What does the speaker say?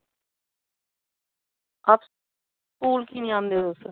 school की नेई आंदे तुस